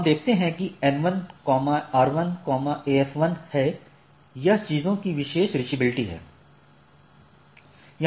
हम देखते हैं कि N1 R1 AS1 है यह चीजों की विशेष रीचाबिलिटी है